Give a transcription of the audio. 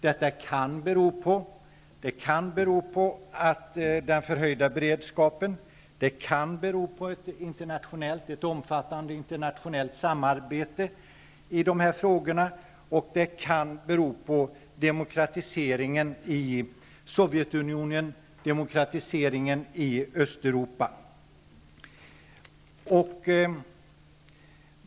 Det kan bero på den förhöjda beredskapen, på ett omfattande internationellt samarbete i dessa frågor och på demokratiseringen i Sovjetunionen och i Östeuropa.